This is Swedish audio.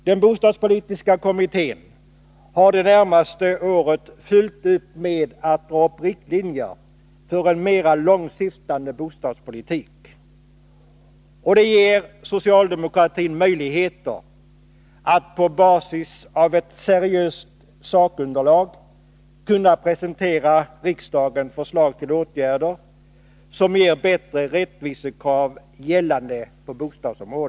Den bostadspolitiska kommittén har det närmaste året fullt upp att göra med att dra upp riktlinjer för en mer långtsyftande bostadspolitik. Det ger socialdemokratin möjligheter att på basis av ett seriöst sakunderlag för riksdagen presentera förslag till åtgärder som ger bättre rättvisa på bostadsområdet.